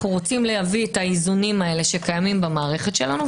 אנו רוצים להביא את האיזונים האלה שקיימים במערכת שלנו,